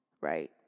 right